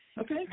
Okay